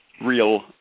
real